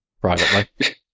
privately